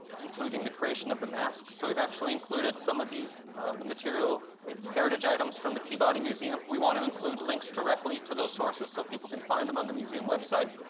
including the creation of the mask. so we've actually included some of the material heritage islands from the peabody museum. we want to include links directly to those sources so people can find them on the museum website.